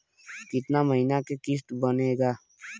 कितना महीना के किस्त बनेगा?